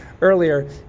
earlier